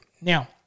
Now